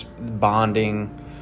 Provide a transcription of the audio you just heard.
bonding